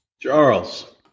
Charles